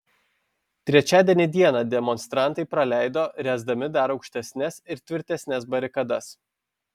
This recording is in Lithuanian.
trečiadienį dieną demonstrantai praleido ręsdami dar aukštesnes ir tvirtesnes barikadas